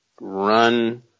run